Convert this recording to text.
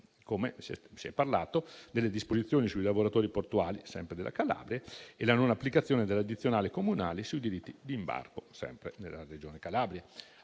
come si è parlato delle disposizioni sui lavoratori portuali, sempre della Calabria, e la non applicazione dell'addizionale comunale sui diritti d'imbarco sempre nella Regione Calabria.